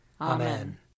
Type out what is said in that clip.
Amen